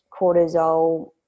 cortisol